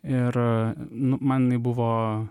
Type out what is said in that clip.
ir nu man jinai buvo